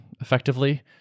effectively